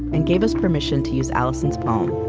and gave us permission to use alison's poem.